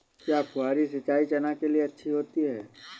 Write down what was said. क्या फुहारी सिंचाई चना के लिए अच्छी होती है?